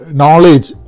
knowledge